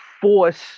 force